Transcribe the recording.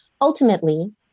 ultimately